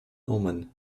omen